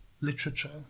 literature